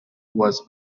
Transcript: was